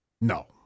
No